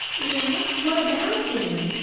yes, what about him?